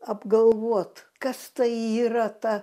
apgalvot kas tai yra ta